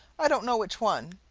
i don't know which one.